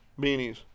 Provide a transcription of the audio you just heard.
beanies